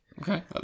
okay